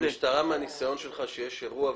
מהניסיון שלך, המשטרה,